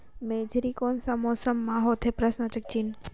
मेझरी कोन सा मौसम मां होथे?